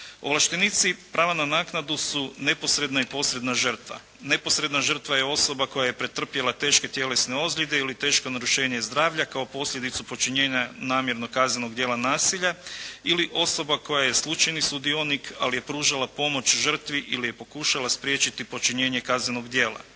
Ovlaštenici prava na naknadu su neposredna i posredna žrtva. Neposredna žrtva je osoba koja je pretrpjela teške tjelesne ozljede ili teško narušenje zdravlja kao posljedicu počinjenja namjernog kaznenog djela nasilja ili osoba koja je slučajni sudionik ali je pružala pomoć žrtvi ili je pokušala spriječiti počinjenje kaznenog djela.